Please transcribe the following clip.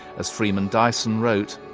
as freeman dyson wrote,